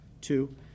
two